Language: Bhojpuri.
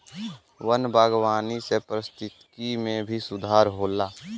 वन बागवानी से पारिस्थिकी में भी सुधार होला